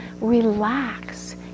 relax